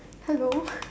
hello